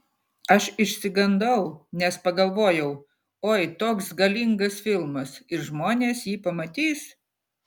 aš išsigandau nes pagalvojau oi toks galingas filmas ir žmonės jį pamatys